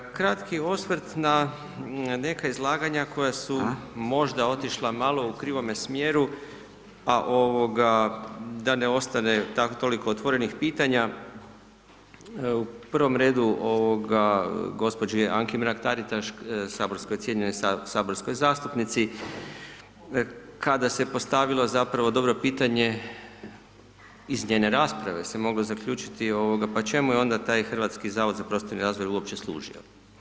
Kratki osvrt na neka izlaganja koja su možda otišla malo u krivome smjeru, a ovoga, da ne ostane, toliko otvorenih pitanja, u prvom redu, ovoga, gospođi Anki Mrak Taritaš, cijenjenoj saborskoj zastupnici, kada se postavilo zapravo dobro pitanje, iz njene rasprave se moglo zaključiti, ovoga, pa čemu je onda taj Hrvatski zavod za prostorni razvoj uopće služio?